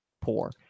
poor